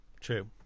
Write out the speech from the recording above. True